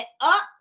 up